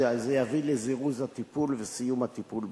זה יביא לזירוז הטיפול ולסיום הטיפול בתיק.